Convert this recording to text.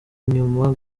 nyuma